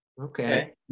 Okay